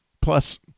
plus